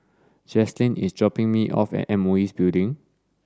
Jaclyn is dropping me off at M O E Building